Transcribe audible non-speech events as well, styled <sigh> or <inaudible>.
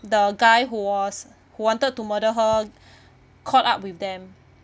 the guy who was who wanted to murder her <breath> caught up with them